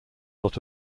lot